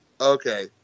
okay